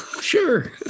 Sure